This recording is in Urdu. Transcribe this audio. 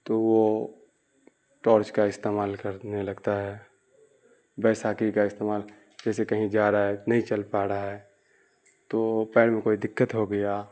تو وہ ٹارچ کا استعمال کرنے لگتا ہے بیساکھی کا استعمال جیسے کہیں جا رہا ہے نہیں چل پا رہا ہے تو پیر میں کوئی دقت ہو گیا